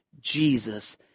Jesus